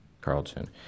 Carlton